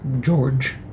George